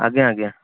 ଆଜ୍ଞା ଆଜ୍ଞା